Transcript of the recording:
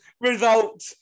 result